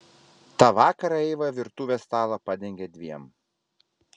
tą vakarą eiva virtuvės stalą padengė dviem